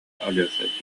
алеша